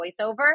voiceover